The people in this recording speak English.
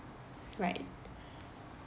right